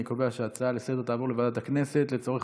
אני קובע שההצעה לסדר-היום תעבור לוועדת הכנסת לצורך